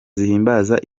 zihimbaza